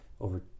over